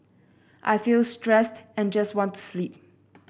I feel stressed and just want to sleep